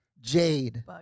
Jade